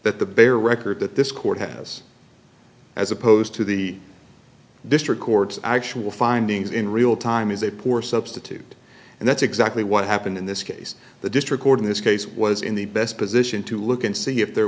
that the bare record that this court has as opposed to the district court's actual findings in real time is a poor substitute and that's exactly what happened in this case the district court in this case was in the best position to look and see if there